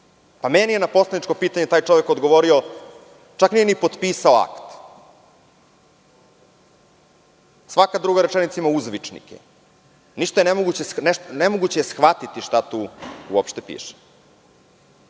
Meni je na poslaničko pitanje taj čovek odgovorio, čak nije ni potpisao akt. Svaka druga rečenica ima uzvičnike. Nemoguće je shvatiti šta tu uopšte piše.